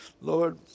Lord